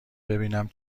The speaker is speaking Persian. ببینم